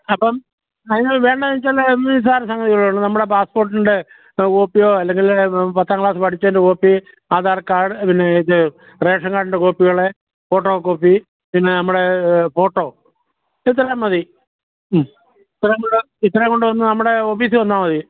അപ്പോൾ അതിനെ വേണ്ടത് വെച്ചാല് ഒന്ന് നിസ്സാര സംഗതികളെ ഉള്ളൂ നമ്മുടെ പാസ്സ്പോർട്ടിൻ്റെ കോപ്പിയൊ അല്ലെങ്കില് പത്താം ക്ലാസ് പഠിച്ചതിൻ്റെ കോപ്പി അധാർ കാർഡ് പിന്നെ ഇത് റേഷൻ കാർഡിൻ്റെ കോപ്പികള് ഫോട്ടോ കോപ്പി പിന്നെ നമ്മുടെ ഫോട്ടോ ഇത്രയും മതി മ്മ് ഇത്രയും കൂടെ ഇത്രയും കൊണ്ടുവന്ന് നമ്മുടെ ഓഫീസിൽ വന്നാൽ മതി